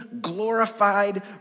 glorified